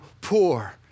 poor